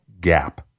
gap